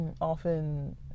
often